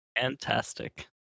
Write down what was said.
Fantastic